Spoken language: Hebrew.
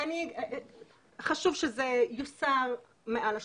חשוב שזה יוסר מעל השולחן.